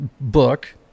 book